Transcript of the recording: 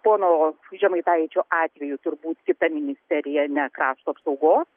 pono žemaitaičio atveju turbūt kita ministerija ne krašto apsaugos